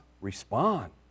respond